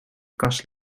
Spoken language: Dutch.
kast